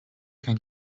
can